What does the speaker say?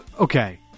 okay